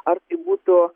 ar tai būtų